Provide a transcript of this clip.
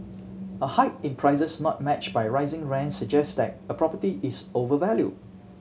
a hike in prices not matched by rising rents suggests that a property is overvalued